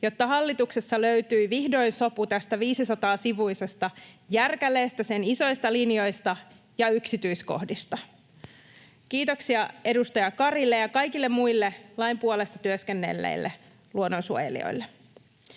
jotta hallituksessa löytyi vihdoin sopu tästä 500-sivuisesta järkäleestä, sen isoista linjoista ja yksityiskohdista. Kiitoksia edustaja Karille ja kaikille muille lain puolesta työskennelleille luonnonsuojelijoille.